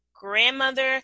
grandmother